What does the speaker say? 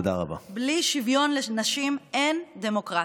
בלי שוויון לנשים אין דמוקרטיה.